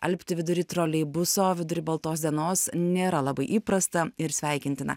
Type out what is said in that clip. alpti vidury troleibuso vidury baltos dienos nėra labai įprasta ir sveikintina